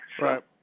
Right